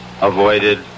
Avoided